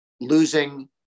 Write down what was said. losing